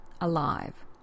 alive